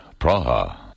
Praha